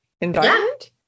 environment